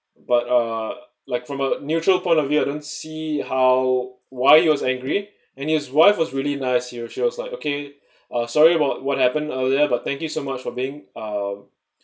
but uh like from a neutral point of view I don't see how why he was angry and his wife was really nice he and she was like okay uh sorry about what happen over there but thank you so much for being uh